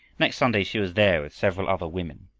next sunday she was there with several other women.